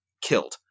killed